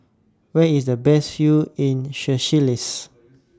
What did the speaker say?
Where IS The Best View in Seychelles